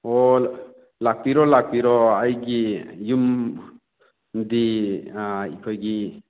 ꯑꯣ ꯂꯥꯛꯄꯤꯔꯣ ꯂꯥꯛꯄꯤꯔꯣ ꯑꯩꯒꯤ ꯌꯨꯝꯗꯨꯗꯤ ꯑꯩꯈꯣꯏꯒꯤ